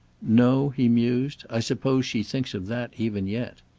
no, he mused i suppose she thinks of that even yet.